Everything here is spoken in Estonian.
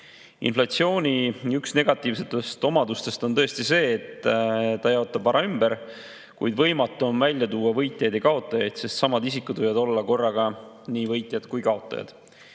Inflatsiooni üks negatiivsetest omadustest on tõesti see, et ta jaotab vara ümber, kuid võimatu on välja tuua võitjaid ja kaotajaid, sest samad isikud võivad olla korraga nii võitjad kui ka kaotajad.